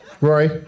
Rory